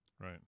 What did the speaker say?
Right